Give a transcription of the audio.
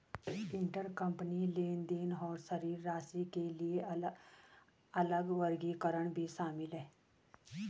intercompany लेनदेन और शेष राशि के लिए अलग वर्गीकरण भी शामिल हैं